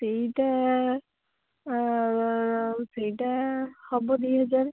ସେଇଟା ସେଇଟା ହେବ ଦୁଇହଜାର